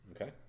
Okay